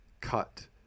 cut